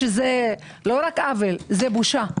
רק עוול - זאת בושה.